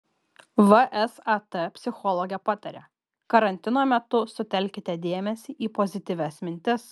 vsat psichologė pataria karantino metu sutelkite dėmesį į pozityvias mintis